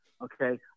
Okay